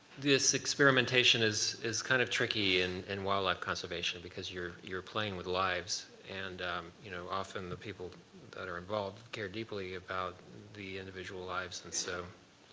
this experimentation is is kind of tricky and in wildlife conservation because you're you're playing with lives. and you know often the people that are involved care deeply about the individual lives. and so